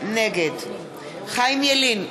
נגד חיים ילין,